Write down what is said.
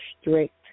strict